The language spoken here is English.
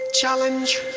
Challenge